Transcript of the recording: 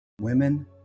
Women